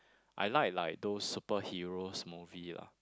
I like like those superheroes movie lah